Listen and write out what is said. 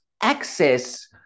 access